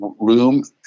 room